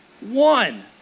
One